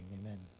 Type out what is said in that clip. amen